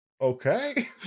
Okay